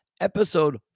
episode